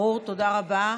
ברור, תודה רבה.